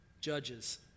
judges